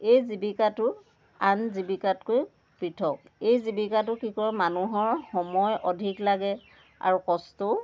এই জীৱিকাটো আন জীৱিকাতকৈ পৃথক এই জীৱিকাটো কি কৰে মানুহৰ সময় অধিক লাগে আৰু কষ্টও